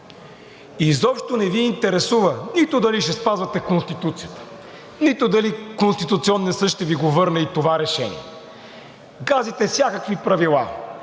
Изобщо не Ви интересува нито дали ще спазвате Конституцията, нито дали Конституционният съд ще Ви го върне и това решение, газите всякакви правила.